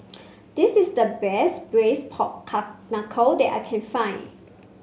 this is the best braise Pork Knuckle that I can find